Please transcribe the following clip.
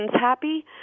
happy